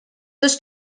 dos